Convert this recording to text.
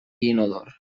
inodor